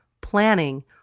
planning